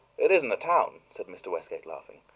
it isn't a town, said mr. westgate, laughing.